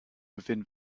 within